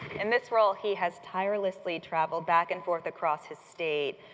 in this role, he has tirelessly traveled back and forth across his state,